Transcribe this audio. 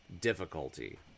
difficulty